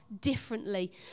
differently